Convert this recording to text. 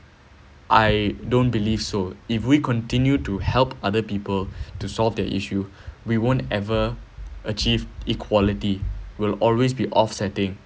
I don't believe so if we continue to help other people to solve their issue we won't ever achieve equality we'll always be offsetting